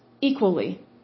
equally